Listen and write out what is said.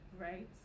right